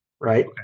right